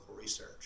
research